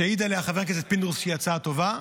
שהעיד עליה חבר הכנסת פינדרוס שהיא הצעה טובה.